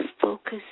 focus